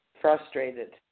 frustrated